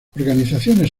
organizaciones